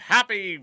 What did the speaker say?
Happy